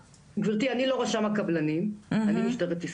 גברתי, אני לא רשם הקבלנים, אני משטרת ישראל.